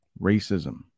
racism